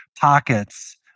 pockets